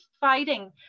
fighting